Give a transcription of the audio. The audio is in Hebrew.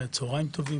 יש